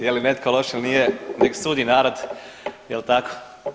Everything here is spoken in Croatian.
Je li netko loš ili nije nek sudi narod jel tako?